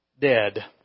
dead